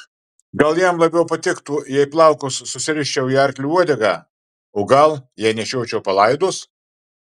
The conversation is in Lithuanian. gal jam labiau patiktų jei plaukus susiriščiau į arklio uodegą o gal jei nešiočiau palaidus